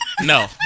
No